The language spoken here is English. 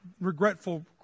regretful